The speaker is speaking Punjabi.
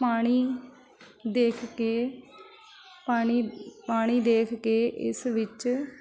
ਪਾਣੀ ਦੇਖ ਕੇ ਪਾਣੀ ਪਾਣੀ ਦੇਖ ਕੇ ਇਸ ਵਿੱਚ